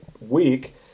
week